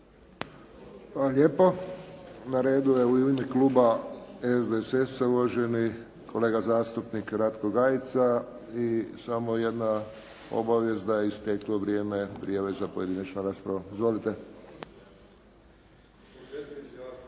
lijepo. Na redu je i u ime kluba SDSS-a uvaženi kolega zastupnik Ratko Gajica. I samo jedna obavijest da je isteklo vrijeme prijave za pojedinačnu raspravu. Izvolite.